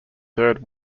third